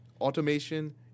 automation